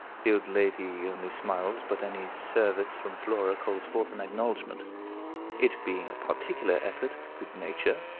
the old lady only smiles, but any service from flora calls forth an acknowledgment it being a particular effort of good nature,